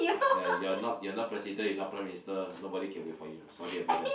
you are not you are not President you are not Prime-Minister nobody can wait for you sorry about that